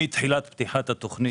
מאז פתיחתן,